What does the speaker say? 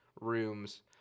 rooms